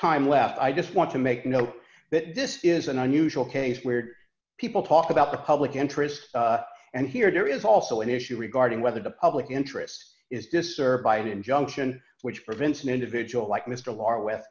time left i just want to make you know that this is an unusual case where people talk about the public interest and here there is also an issue regarding whether the public interest is this or by an injunction which prevents an individual like mister lara w